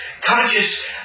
conscious